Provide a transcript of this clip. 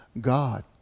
God